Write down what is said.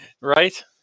Right